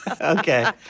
Okay